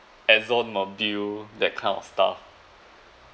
ExxonMobil that kind of stuff